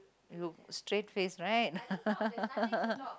you straight face right